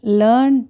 learn